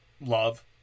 Love